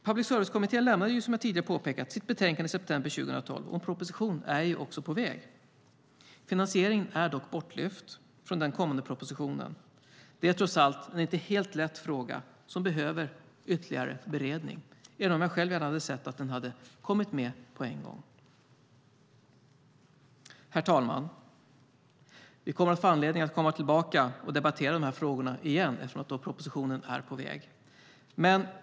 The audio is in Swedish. Public service-kommittén lämnade, som jag tidigare påpekat, sitt betänkande i september 2012, och en proposition är också på väg. Finansieringen är dock bortlyft från den kommande propositionen. Det är trots allt en inte helt lätt fråga som behöver ytterligare beredning, även om jag själv gärna hade sett att den kommit med på en gång. Herr talman! Vi kommer att få anledning att komma tillbaka och debattera dessa frågor igen eftersom propositionen är på väg.